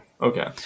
Okay